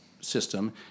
system